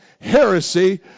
heresy